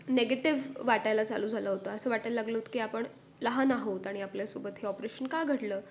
negative वाटायला चालू झालं होतं असं वाटायला लागलं होतं की आपण लहान आहोत आणि आपल्यासोबत हे ऑपरेशन का घडलं